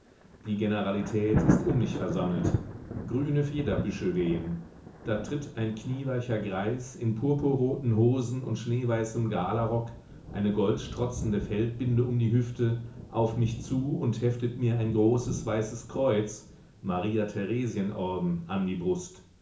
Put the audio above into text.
die generalität ist um mich versammelt grüne federbüsche wehen da tritt ein knieweicher greis in purpurroten hosen und schneeweißem galarock eine goldstrotzende feldbinde um die hüfte auf mich zu und heftet mir ein großes weißes kreuz maria theresienorden an die brust